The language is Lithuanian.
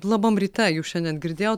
labam ryte jūs šiandien girdėjot